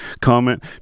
comment